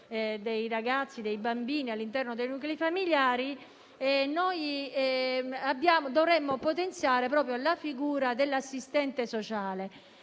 ragazzi e bambini all'interno dei nuclei familiari, noi dovremmo potenziare la figura dell'assistente sociale,